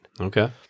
Okay